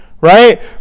right